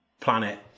planet